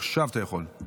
עכשיו אתה יכול.